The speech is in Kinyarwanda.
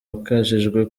wakajijwe